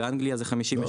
באנגליה זה 52%. לא,